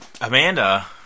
Amanda